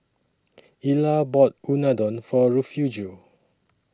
Ilah bought Unadon For Refugio